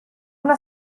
una